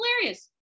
hilarious